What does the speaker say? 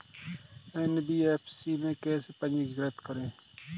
NBFC में कैसे पंजीकृत करें?